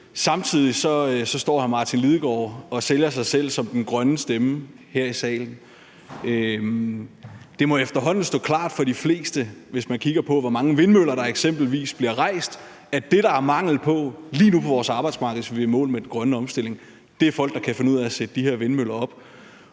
Samtidig står hr. Martin Lidegaard og sælger sig selv som den grønne stemme her i salen. Det må efterhånden stå klart for de fleste, hvis man kigger på, hvor mange vindmøller der eksempelvis bliver rejst, at det, der er mangel på lige nu ude på vores arbejdsmarked, hvis vi skal i mål med den grønne omstilling, er folk, der kan finde ud af at sætte de her vindmøller op.